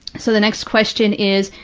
so the next question is,